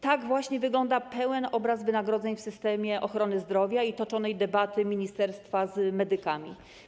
Tak właśnie wygląda pełen obraz wynagrodzeń w systemie ochrony zdrowia i toczonej debaty ministerstwa z medykami.